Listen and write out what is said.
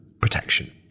protection